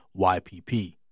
YPP